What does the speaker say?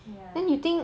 yeah